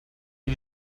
die